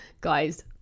guys